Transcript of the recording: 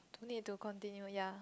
need to continue ya